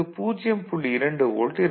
2 volt இருக்கும்